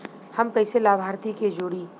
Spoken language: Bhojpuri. हम कइसे लाभार्थी के जोड़ी?